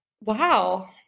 wow